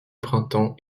printemps